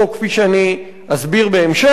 כפי שאני אסביר בהמשך.